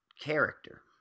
character